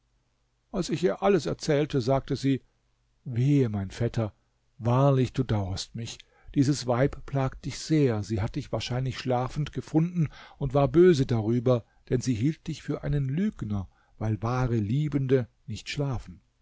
als ich ihr alles erzählte sagte sie wehe mein vetter wahrlich du dauerst mich dieses weib plagt dich sehr sie hat dich wahrscheinlich schlafend gefunden und war böse darüber denn sie hielt dich für einen lügner weil wahre liebende nicht schlafen